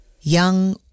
Young